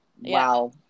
Wow